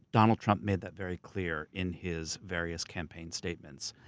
donald trump made that very clear in his various campaign statements.